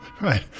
Right